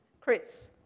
Chris